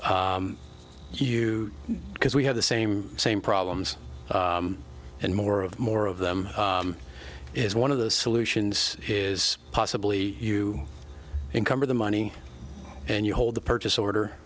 you because we have the same same problems and more of more of them is one of the solutions is possibly you uncover the money and you hold the purchase order